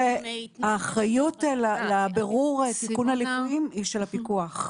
האחריות לבירור סיכום הליקויים היא של הפיקוח.